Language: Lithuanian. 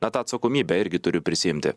na tą atsakomybę irgi turi prisiimti